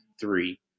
three